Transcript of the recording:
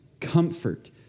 comfort